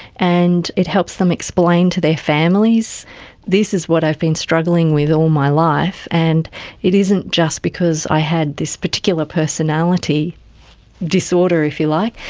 and it helps them explain to their families this is what i've been struggling with all my life, and it isn't just because i had this particular personality disorder, if you like,